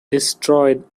destroyed